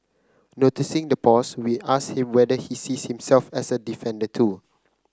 noticing the pause we asked him whether he sees himself as a defender too